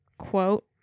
quote